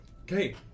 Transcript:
Okay